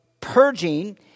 purging